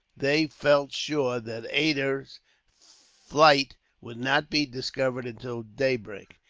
they felt sure that ada's flight would not be discovered until daybreak.